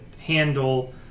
handle